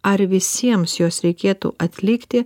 ar visiems juos reikėtų atlikti